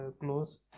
close